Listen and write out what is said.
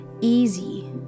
easy